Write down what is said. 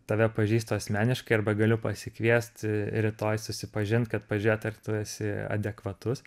tave pažįstu asmeniškai arba galiu pasikviesti rytoj susipažint kad pažiūrėt ar tu esi adekvatus